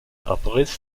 abriss